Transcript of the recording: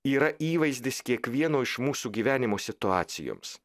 yra įvaizdis kiekvieno iš mūsų gyvenimo situacijoms